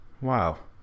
Wow